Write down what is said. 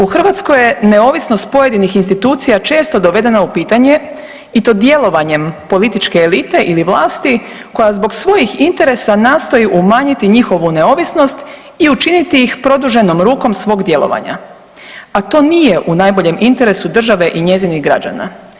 U Hrvatskoj je neovisnost pojedinih institucija često dovedena u pitanje i to djelovanjem političke elite ili vlasti koja zbog svojih interesa nastoji umanjiti njihovu neovisnost i učiniti ih produženom rukom svog djelovanja, a to nije u najboljem interesu države i njezinih građana.